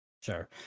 Sure